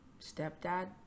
stepdad